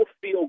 feel